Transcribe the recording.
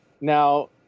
Now